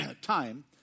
time